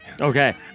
Okay